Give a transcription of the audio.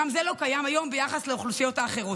גם זה לא קיים היום ביחס לאוכלוסיות האחרות.